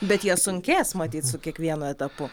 bet jie sunkės matyt su kiekvienu etapu